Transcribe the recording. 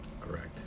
Correct